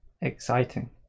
exciting